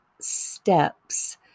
steps